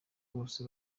bose